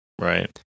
Right